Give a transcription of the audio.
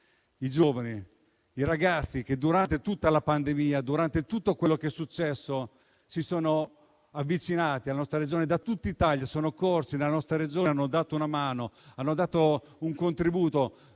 i giovani, i ragazzi che, dopo la pandemia, con tutto quello che è successo, si sono avvicinati alla nostra Regione da tutt'Italia, sono corsi nella nostra Regione, hanno dato una mano spalando il fango,